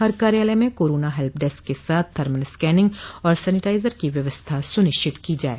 हर कार्यालय में corona help desk के साथ थर्मल स्कैनिंग और सैनिटाइजर की व्यवस्था सुनिश्चित की जाये